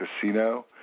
Casino